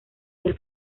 del